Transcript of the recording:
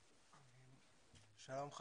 שלום.